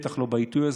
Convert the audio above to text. בטח לא בעיתוי הזה,